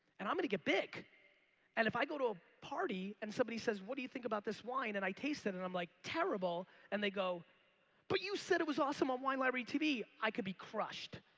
and i'm gonna get big and if i go to a party and somebody says what do you think about this wine and i taste it and i'm like terrible and they go but you said it was awesome on wine library tv, i could be crushed.